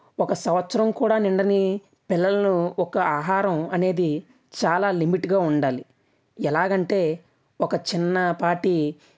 ఒక సంవత్సరం కూడా నిండని పిల్లలను ఒక ఆహారం అనేది చాలా లిమిట్గా ఉండాలి ఎలాగంటే ఒక చిన్న పాటి